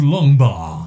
Longbar